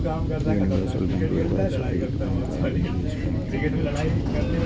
universal bank व्यावसायिक bank आ निवेश बैंक, दुनू छियै